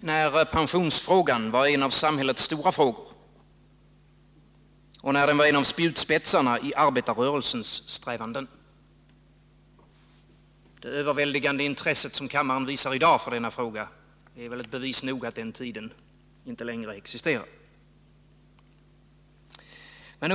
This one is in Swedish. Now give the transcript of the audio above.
när pensionsfrågan var en av samhällets stora frågor, när den var en av spjutspetsarna i arbetarrörelsens strävanden. Det ”överväldigande” intresse som kammaren i dag visar för denna fråga är väl bevis nog på att den tiden inte längre existerar.